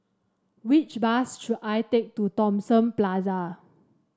which bus should I take to Thomson Plaza